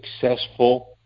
successful